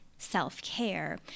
self-care